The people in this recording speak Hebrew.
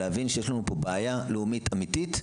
להבין שיש לנו פה בעיה לאומית אמיתית,